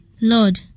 Lord